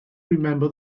remember